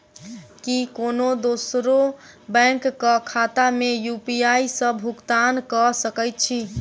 की कोनो दोसरो बैंक कऽ खाता मे यु.पी.आई सऽ भुगतान कऽ सकय छी?